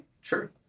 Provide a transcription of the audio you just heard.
Sure